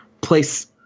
place